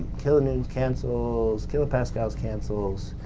kilonewtons cancel, kilopascals cancel,